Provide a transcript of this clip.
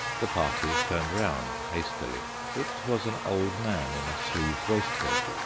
the party turned round hastily it was an old man in a sleeved waistcoat,